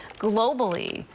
globally,